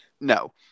no